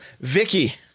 vicky